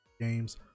games